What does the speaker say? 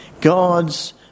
God's